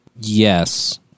Yes